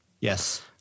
Yes